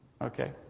Okay